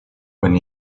when